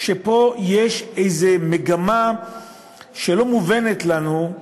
שפה יש איזו מגמה שלא מובנת לנו,